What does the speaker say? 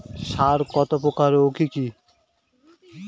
সার কত প্রকার ও কি কি?